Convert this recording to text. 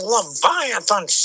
Leviathan